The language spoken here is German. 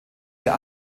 der